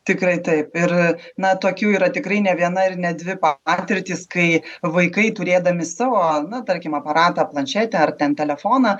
tikrai taip ir na tokių yra tikrai ne viena ir ne dvi patirtys kai vaikai turėdami savo na tarkim aparatą planšetę ar ten telefoną